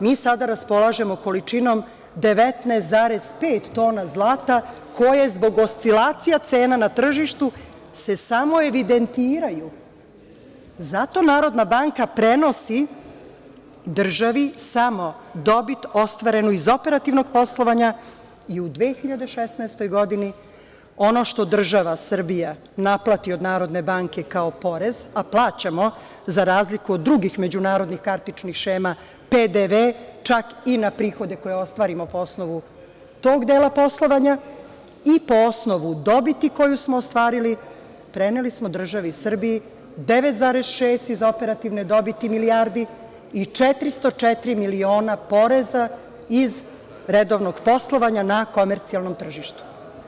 Mi sada raspolažemo količinom 19,5 tona zlata, koja zbog oscilacija cena na tržištu se samo evidentiraju, zato NBS prenosi državi samo dobit ostvarenu iz operativnog poslovanja i u 2016. godini, ono što država Srbija naplati od Narodne banke, kao porez, a plaćamo za razliku od drugih međunarodnih kartičnih šema, PDV, čak i na prihode koje ostvarimo po osnovu tog dela poslovanja i po osnovu dobiti koju smo ostvarili, preneli smo državi Srbiji 9,6 iz operativne dobiti milijardi i 404 miliona poreza iz redovnog poslovanja na komercijalnom tržištu.